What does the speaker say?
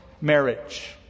Marriage